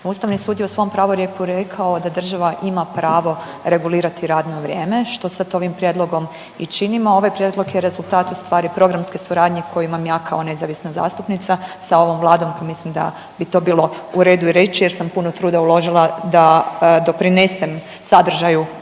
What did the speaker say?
Ustavni sud je u svom pravorijeku rekao da država ima pravo regulirati radno vrijeme što sad ovim prijedlogom i činimo. Ovaj prijedlog je rezultat ustvari programske suradnje koju imam ja kao nezavisna zastupnica sa ovom Vladom i mislim da bi to bilo u redu i reći jer sam puno truda uložila da doprinesem sadržaju ovog